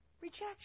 rejection